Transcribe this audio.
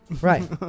Right